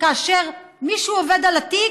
כאשר מישהו עובד על התיק,